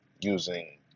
using